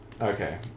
Okay